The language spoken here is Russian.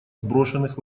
сброшенных